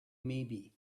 maybe